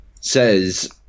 says